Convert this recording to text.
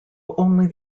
only